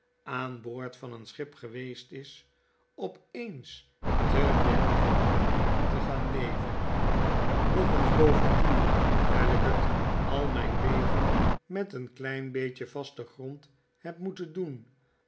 aan boord van een schip geweest is op eens te weelderig te gaan leven nog eens bovendien wyl ik het al myn leven met een klein beetje vasten grond heb moeten doen